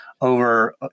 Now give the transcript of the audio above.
over